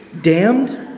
Damned